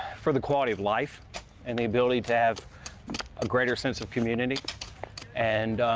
for the quality of life and the ability to have a greater sense of community and,